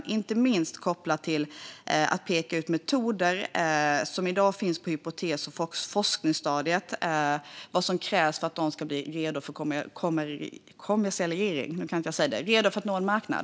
Det handlar inte minst om att peka ut vad som krävs för att de metoder som i dag finns på hypotes och forskningsstadiet ska bli redo för att nå en marknad.